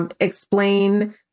Explain